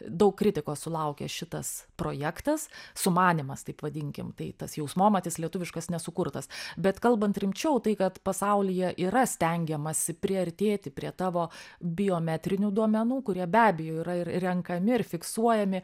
daug kritikos sulaukė šitas projektas sumanymas taip vadinkim tai tas jausmomatis lietuviškas nesukurtas bet kalbant rimčiau tai kad pasaulyje yra stengiamasi priartėti prie tavo biometrinių duomenų kurie be abejo yra ir renkami ir fiksuojami